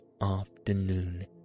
afternoon